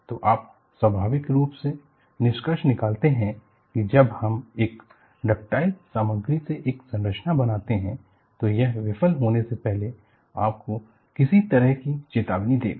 तो आप स्वाभाविक रूप से निष्कर्ष निकालते हैं कि जब हम एक डक्टाइल सामग्री से एक संरचना बनाते हैं तो यह विफल होने से पहले आपको किसी तरह की चेतावनी देगा